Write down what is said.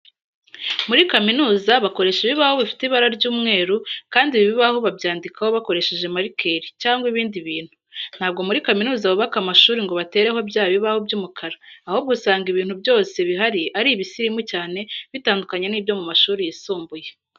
Muri kaminuza bakoresha ibibaho bifite ibara ry'umweru kandi ibi bibaho babyandikaho bakoresheje marikeri cyangwa ibindi bintu. Ntabwo muri kaminuza bubaka amashuri ngo batereho bya bibaho by'umukara, ahubwo usanga ibintu byose bihari ari ibisirimu cyane bitandukanye n'ibyo mu mashuri yisumbuye.